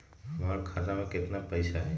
हमर खाता में केतना पैसा हई?